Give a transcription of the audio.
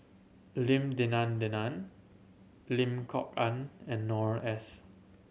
Lim Denan Denon Lim Kok Ann and Noor S